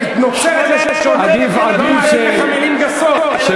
אני נוצר את לשוני לא להגיד לך מילים גסות,